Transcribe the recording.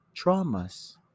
traumas